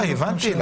הבנתי.